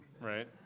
right